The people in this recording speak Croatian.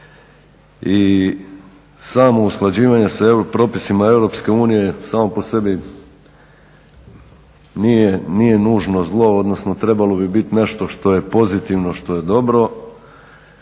i samo usklađivanje sa EU propisima, propisima EU samo po sebi nije nužno zlo, odnosno trebalo bi biti nešto što je pozitivno, što je dobro.